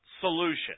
solution